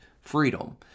freedom